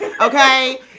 Okay